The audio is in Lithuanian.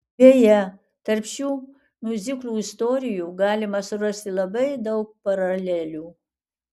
beje tarp šių miuziklų istorijų galima surasti labai daug paralelių